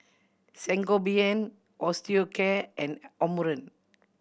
Sangobion Osteocare and Omron